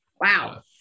Wow